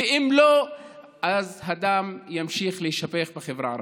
ואם לא אז הדם ימשיך להישפך בחברה הערבית.